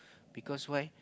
because why